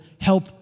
help